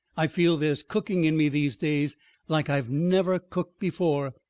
i feel there's cooking in me these days like i've never cooked before.